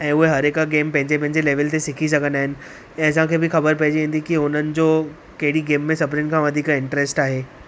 ऐं उहे हर हिकु गेम पंहिंजे पंहिंजे लेवल ते सिखी सघंदा आहिनि ऐं असांखे बि ख़बर पइजी वेंदी कि हुननि जो कहिड़ी गेम सभिनीनि खां वधीक इंटरेस्ट आहे